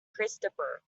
christopher